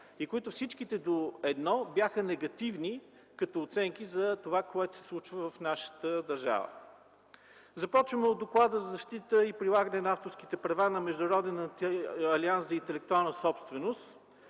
оценки всички до едно от тях бяха негативни за това, което се случва в нашата държава. Започваме от Доклада за защита и прилагане на авторските права на Международния алианс за интелектуална собственост